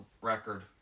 record